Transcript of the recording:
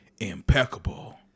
impeccable